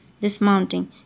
dismounting